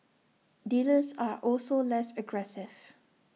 dealers are also less aggressive